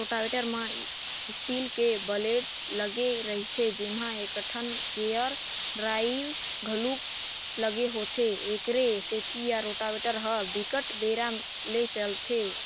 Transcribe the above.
rotavator म steel के blade लगे रहिथे जेमा एकठन गेयर ड्राइव घलोक लगे होथे, एखरे सेती ए रोटावेटर ह बिकट बेरा ले चलथे